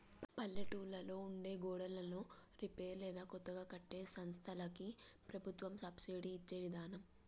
పల్లెటూళ్లలో ఉండే గోడన్లను రిపేర్ లేదా కొత్తగా కట్టే సంస్థలకి ప్రభుత్వం సబ్సిడి ఇచ్చే విదానం